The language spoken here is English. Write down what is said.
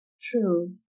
True